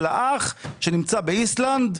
של האח שנמצא באיסלנד,